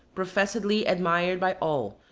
professedly admired by all,